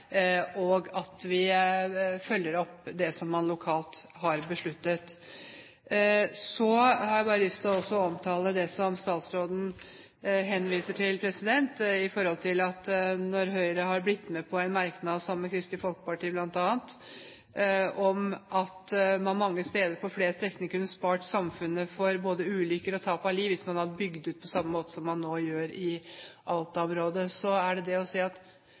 i at vi får mer vei, ny vei, og at vi følger opp det man lokalt har besluttet. Så har jeg bare lyst til også å omtale det som statsråden henviser til. Når Høyre har blitt med på en merknad sammen med bl.a. Kristelig Folkeparti om at man mange steder, på flere strekninger, kunne ha spart samfunnet både for ulykker og tap av liv hvis man hadde bygd ut på samme måte som man nå gjør i Alta-området, er det det å si: